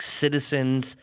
citizens